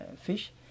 fish